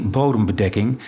bodembedekking